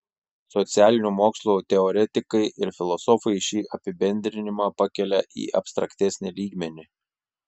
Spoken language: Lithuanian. socialinių mokslų teoretikai ir filosofai šį apibendrinimą pakelia į abstraktesnį lygmenį